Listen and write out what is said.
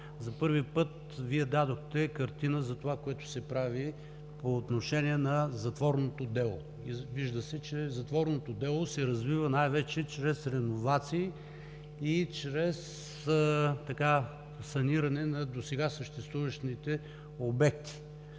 За първи път Вие дадохте картина за това, което се прави по отношение на затворното дело. Вижда се, че затворното дело се развива най-вече чрез реновации и чрез саниране на досега съществуващите обекти